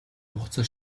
хугацаа